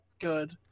good